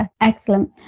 Excellent